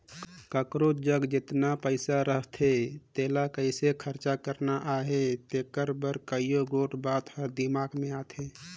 काकरोच जग जेतना पइसा रहथे तेला कइसे खरचा करना अहे तेकर बर कइयो गोट बात हर दिमाक में आथे